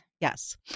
Yes